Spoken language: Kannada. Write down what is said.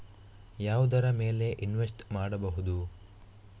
ಯಾವುದರ ಮೇಲೆ ಇನ್ವೆಸ್ಟ್ ಮಾಡಬಹುದು?